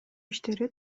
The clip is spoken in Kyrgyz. иштери